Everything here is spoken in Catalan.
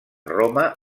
roma